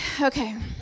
Okay